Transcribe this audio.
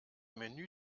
menü